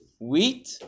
Wheat